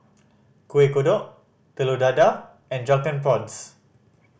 Kuih Kodok Telur Dadah and Drunken Prawns